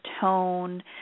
tone